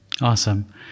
awesome